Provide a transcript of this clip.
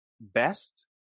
best